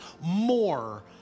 more